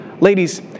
Ladies